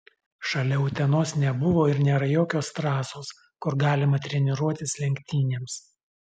šalia utenos nebuvo ir nėra jokios trasos kur galima treniruotis lenktynėms